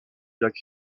lac